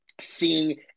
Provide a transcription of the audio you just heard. seeing